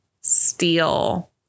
steel